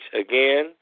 again